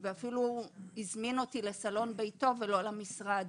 ואפילו הזמין אותי לסלון ביתו ולא למשרד.